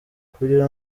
kugira